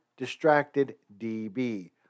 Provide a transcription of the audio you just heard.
DistractedDB